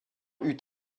eut